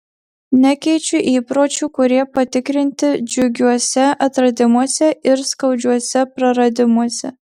nekeičiu įpročių kurie patikrinti džiugiuose atradimuose ir skaudžiuose praradimuose